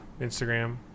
Instagram